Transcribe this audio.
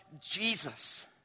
Jesus